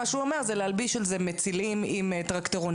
מישהו שהחליט לשתות איזה וודקה וקפץ